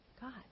God